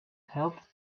health